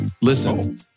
Listen